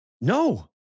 No